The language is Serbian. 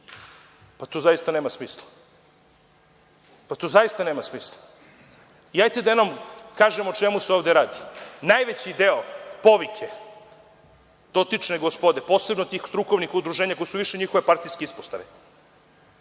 Pa to zaista nema smisla. Pa to zaista nema smisla. Hajde da jednom kažemo o čemu se ovde radi. Najveći deo povike dotične gospode posebno tih strukovnih udruženja koji su više njihove partijske ispostave